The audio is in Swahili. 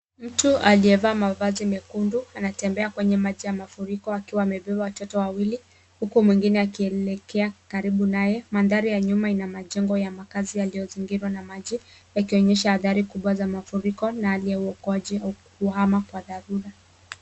Mtu aliyevaa mavazi mekundu anatembea kwenye maji ya mafuriko akiwa amebeba watoto wawili huku mwingine akielekea karibu naye. Mandhari ya nyuma ina majengo ya makaazi yaliyozingirwa na maji yakionyesha athari kubwa za mafuriko na hali ya uokoaji au kuhama kwa dharura.